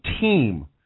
team